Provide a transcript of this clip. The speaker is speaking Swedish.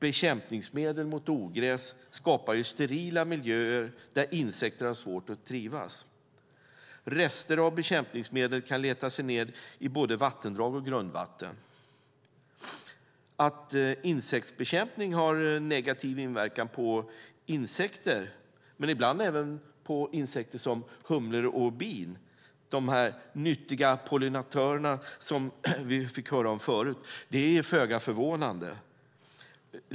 Bekämpningsmedel mot ogräs skapar sterila miljöer där insekter har svårt att trivas. Rester av bekämpningsmedel kan leta sig ned i både vattendrag och grundvatten. Att insektsbekämpning har negativ inverkan på insekter, ibland även på humlor och bin, de nyttiga pollinatörer som vi fick höra om förut, är föga förvånande.